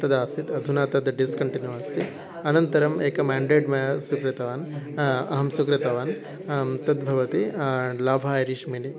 तदासीत् अधुना तद् डिस्कण्टिन्यु आसीत् अनन्तरम् एकम् आण्ड्राय्ड् मया स्वीकृतवान् अहं स्वीकृतवान् तद् भवति लाभाय